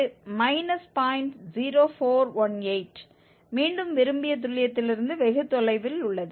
0418 மீண்டும் விரும்பிய துல்லியத்திலிருந்து வெகு தொலைவில் உள்ளது